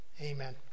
amen